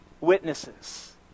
witnesses